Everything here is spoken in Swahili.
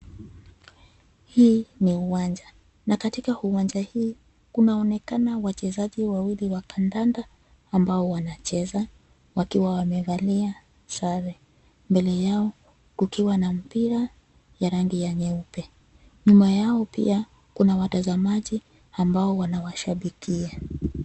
Hii ni uwanja, na katika uwanja hii, kunaonekana wachezaji wawili wa kandanda, ambao wanacheza, wakiwa wamevalia, sare, mbele yao, kukiwa na mpira, ya rangi ya nyeupe, nyuma yao pia, kuna watazamaji, ambao wanawashabikia.